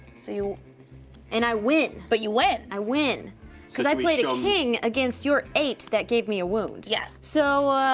so you and i win. but you win. i win cause i played a king against your eight that gave me a wound. yes. so ah.